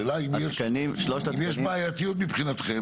השאלה היא האם יש בעייתיות מבחינתכם,